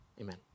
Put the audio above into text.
amen